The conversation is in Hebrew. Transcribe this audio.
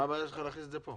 מה הבעיה שלך להכניס את זה פה?